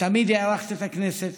את תמיד הערכת את הכנסת,